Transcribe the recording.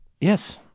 Yes